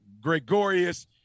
Gregorius